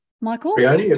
Michael